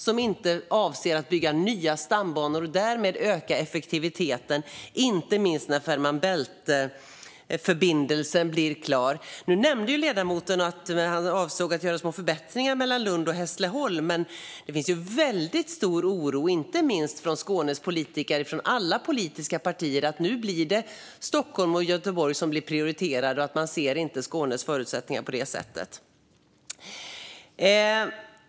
Avser ni inte att bygga nya stambanor för att öka effektiviteten, inte minst när Fehmarn Bält-förbindelsen blir klar? Nu nämnde ju ledamoten att han avsåg att göra små förbättringar mellan Lund och Hässleholm, men det finns en väldigt stor oro, inte minst från Skånes politiker från alla politiska partier, för att Stockholm och Göteborg nu blir prioriterade och att man inte ser Skånes förutsättningar.